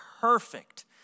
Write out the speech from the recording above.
perfect